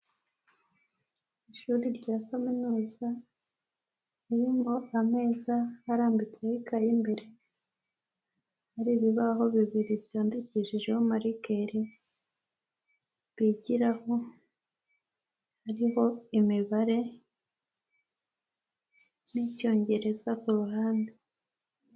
Ishuri rya kaminuza ririmo ameza arambitseho ikayi imbere, hari ibibaho bibiri byandikishije marikeri bigiraho biriho imibare n'icyongereza ku ruhande.